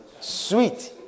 sweet